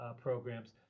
programs